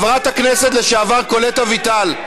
חברת הכנסת לשעבר קולט אביטל.